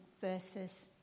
verses